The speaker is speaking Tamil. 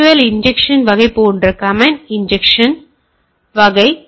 நாம் அல்லது அந்த SQL இஞ்செக்சன் வகை போன்ற கமெண்ட் இஞ்செக்சன் வகை